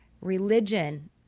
religion